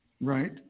Right